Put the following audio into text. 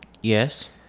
Yes